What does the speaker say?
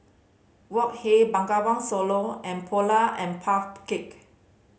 Wok Hey Bengawan Solo and Polar and Puff Cake